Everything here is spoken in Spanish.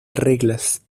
reglas